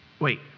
wait